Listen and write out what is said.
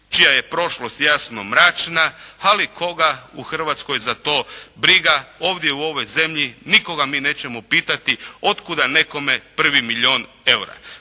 čija je prošlost jasno mračna, ali koga u Hrvatskoj za to briga. Ovdje u ovoj zemlji nikoga mi nećemo pitati otkuda nekome prvi milijun eura.